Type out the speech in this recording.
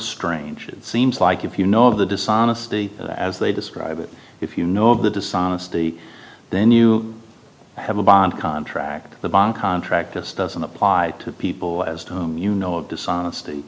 strange it seems like if you know of the dishonesty as they describe it if you know of the dishonesty then you have a bond contract the bond contract just doesn't apply to people as you know of dishonesty